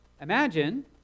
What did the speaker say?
Imagine